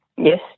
Yes